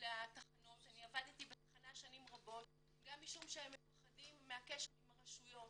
לתחנות גם משום שהם מפחדים מהקשר עם הרשויות.